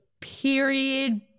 period